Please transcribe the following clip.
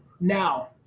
Now